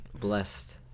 blessed